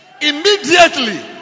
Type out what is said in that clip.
immediately